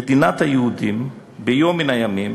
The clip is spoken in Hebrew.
מדינת היהודים, "ביום מן הימים,